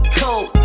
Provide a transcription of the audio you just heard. cold